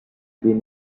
been